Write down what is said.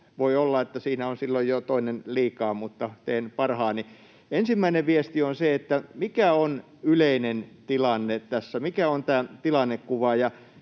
Voi olla, että siinä on silloin jo toinen liikaa, mutta teen parhaani. Ensimmäinen viesti on se, mikä on yleinen tilanne tässä, mikä on tämä tilannekuva.